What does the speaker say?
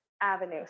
avenue